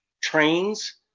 trains